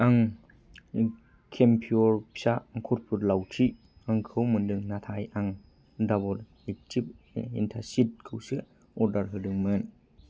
आं केमप्युर फिसा खरफुर लावथिखौ मोनदों नाथाय आं डाबर एक्टिभ एन्टासिड खौसो अर्डार होदोंमोन